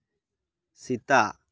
ᱥᱮᱛᱟ